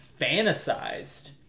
fantasized